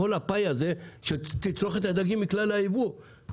בכל הפאי הזה של תצרוכת הדגים מכלל הייבוא.